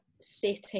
setting